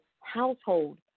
household